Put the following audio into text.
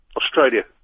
Australia